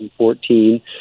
2014